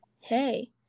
hey